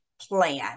plan